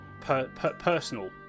personal